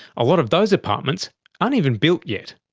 a lot of those apartments aren't even built yet.